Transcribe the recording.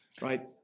right